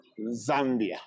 Zambia